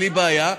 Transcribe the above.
בלי בעיה,